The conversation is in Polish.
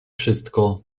wszystko